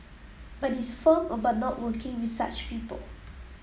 but he is firm about not working with such people